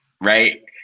right